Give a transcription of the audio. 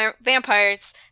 vampires